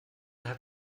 hat